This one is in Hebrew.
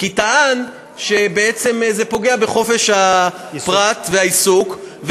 כי טען שזה פוגע בחופש הפרט והעיסוק,